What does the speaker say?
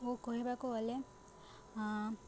ଓ କହିବାକୁ ଗଲେ